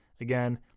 Again